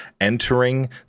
entering